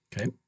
Okay